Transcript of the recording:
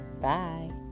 Bye